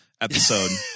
episode